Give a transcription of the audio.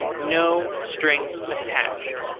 no strings attached.